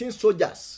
soldiers